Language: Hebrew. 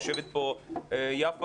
יושבת כאן יפה